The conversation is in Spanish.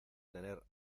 tener